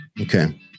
Okay